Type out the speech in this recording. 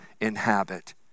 inhabit